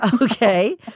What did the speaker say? Okay